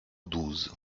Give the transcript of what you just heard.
douze